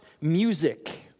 music